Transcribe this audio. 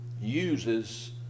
uses